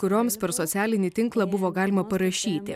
kurioms per socialinį tinklą buvo galima parašyti